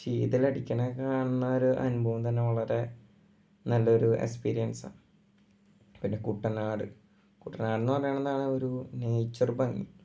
ശീതളടിക്കുന്നത് കാണാനൊരു അനുഭവം തന്നെ വളരെ നല്ലൊരു എസ്പീരിയൻസാണ് പിന്നെ കുട്ടനാട് കുട്ടനാടെന്ന് പറയുന്നതാണ് ഒരു നെയ്ച്ചറ് ഭംഗി